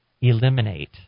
eliminate